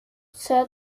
send